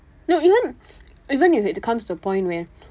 no even even if it comes to a point where